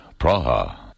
Praha